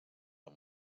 amb